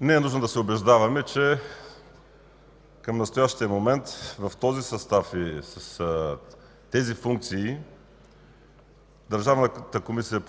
Не е нужно да се убеждаваме, че към настоящия момент в този състав и с тези функции Държавната комисия за